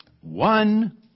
One